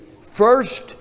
first